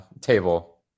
Table